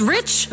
Rich